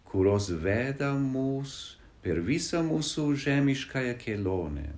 kurios vedė mus per visą mūsų žemiškąją kelionę